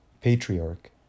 patriarch